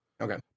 Okay